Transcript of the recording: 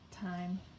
time